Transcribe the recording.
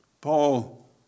Paul